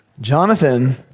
Jonathan